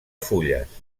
fulles